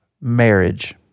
marriage